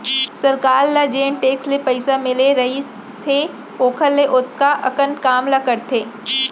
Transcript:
सरकार ल जेन टेक्स ले पइसा मिले रइथे ओकर ले अतका अकन काम ला करथे